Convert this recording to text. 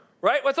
Right